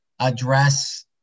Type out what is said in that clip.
address